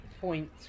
point